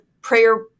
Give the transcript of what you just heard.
prayer